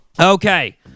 Okay